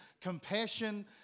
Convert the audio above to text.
Compassion